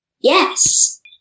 Yes